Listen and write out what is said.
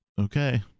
okay